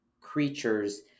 creatures